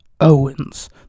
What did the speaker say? Owens